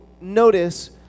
notice